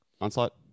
Onslaught